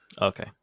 okay